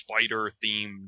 spider-themed